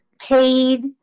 paid